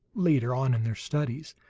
later on in their studies,